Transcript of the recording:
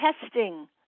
testing